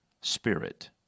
spirit